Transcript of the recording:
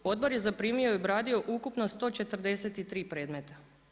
Odbor je zaprimio i obradio ukupno 143 predmeta.